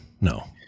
No